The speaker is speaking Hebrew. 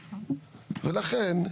לכן,